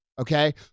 Okay